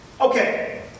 Okay